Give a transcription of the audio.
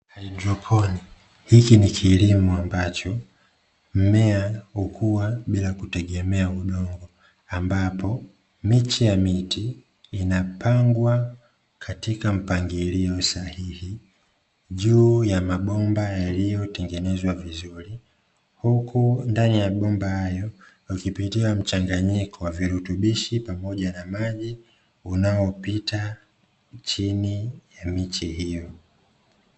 Haidroponi hiki ni kilimo ambacho mmea hukua bila kutegemea udongo ambapo miche ya miti inapangwa katika mpangilio sahihi, juu ya mabomba yaliyotengenezwa vizuri huku ndani ya bomba hayo ukipitiwa mchanganyiko wa vitutubishi pamoja na maji unao pita chini ya miche hiyo.